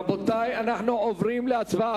רבותי, אנחנו עוברים להצבעה.